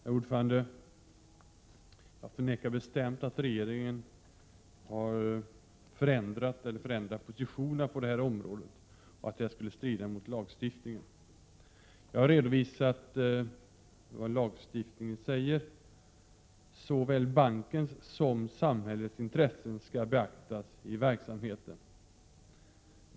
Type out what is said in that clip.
Herr talman! Jag förnekar bestämt att regeringen har förändrat eller förändrar positionerna på det här området och att det skulle strida mot lagstiftningen. Jag har redovisat vad lagstiftningen säger. Såväl bankens som samhällets intressen skall beaktas i verksamheten.